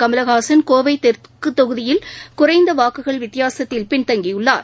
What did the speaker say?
கமல்ஹாசன் கோவை தெற்கு தொகுதியில குறைந்த வாக்குகள் வித்தியாசத்தில் பின்தங்கியுள்ளார்